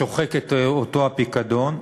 שוחק את אותו הפיקדון,